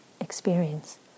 experience